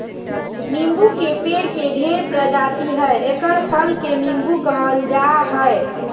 नीबू के पेड़ के ढेर प्रजाति हइ एकर फल के नीबू कहल जा हइ